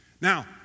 Now